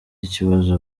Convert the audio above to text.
ikibazo